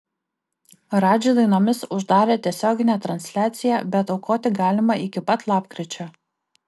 radži dainomis uždarė tiesioginę transliaciją bet aukoti galima iki pat lapkričio